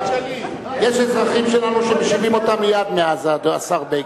יש אזרחים שלנו שמשיבים אותם מייד מעזה, השר בגין.